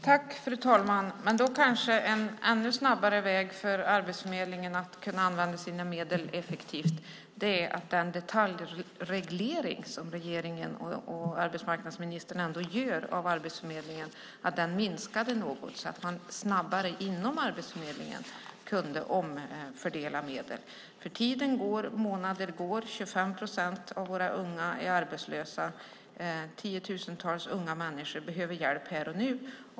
Fru talman! En ännu snabbare väg för Arbetsförmedlingen att kunna använda sina medel effektivt vore kanske att regeringens och arbetsmarknadsministerns detaljreglering av Arbetsförmedlingen minskade något så att man kan omfördela medel snabbare inom Arbetsförmedlingen. Tiden går, månader går, och 25 procent av våra unga är arbetslösa. Tiotusentals unga människor behöver hjälp här och nu.